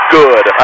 good